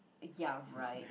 ya right